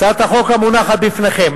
הצעת החוק המונחת בפניכם